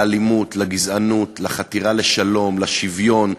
למאבק באלימות ובגזענות, לחתירה לשלום, לשוויון,